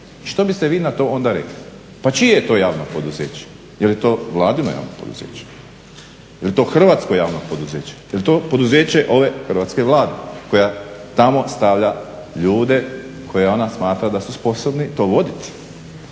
što bi ste vi na to onda rekli? Pa čije je to javno poduzeće? Je li to Vladino javno poduzeće, je li to Hrvatskoj javno poduzeće, je li to poduzeće ove Hrvatske vlade koja tamo stavlja ljude koje ona smatra da su sposobni to voditi?